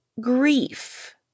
grief